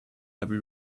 heavy